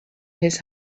his